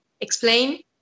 explain